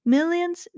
Millions